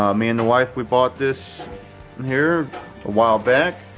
um me and the wife, we bought this here a while back.